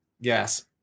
Yes